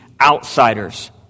outsiders